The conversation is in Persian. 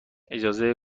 اجازه